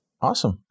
Awesome